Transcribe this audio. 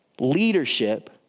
Leadership